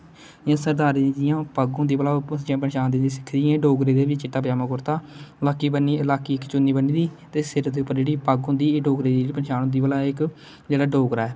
एह् सरदारे दी जियां पग्ग होंदी जियां इयां डोगरी दी बी चिट्टा पजांमा कुर्ता ते लक्क च इक चुन्नी ब'न्नी दी दे सिर दे उप्पर जेहड़ी पग्ग होंदी एह् डोगरे दी जेहड़ी पंछान होंदी भला एह् इक जोहड़ा डोगरा ऐ